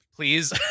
Please